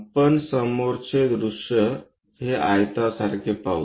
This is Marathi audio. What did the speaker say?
आपण समोरचे दृष्य हे आयतासारखे पाहु